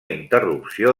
interrupció